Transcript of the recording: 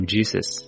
Jesus